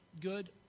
good